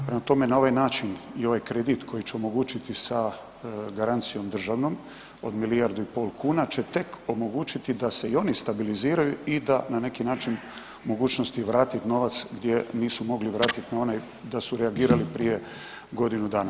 Prema tome, na ovaj način i ovaj kredit koji će omogućiti sa garancijom državnom od milijardu i pol kuna će tek omogućiti da se i oni stabiliziraju i da na neki način mogućnosti vratit novac gdje nisu mogli vratit na onaj da su reagirali prije godinu dana.